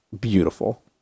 beautiful